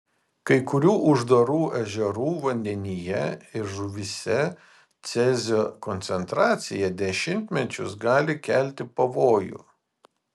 kai kurių uždarų ežerų vandenyje ir žuvyse cezio koncentracija dešimtmečius gali kelti pavojų